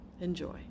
Enjoy